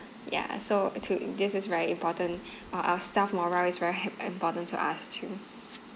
ya so to this is very important uh our staff morale is very ha~ important to us too